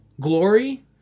glory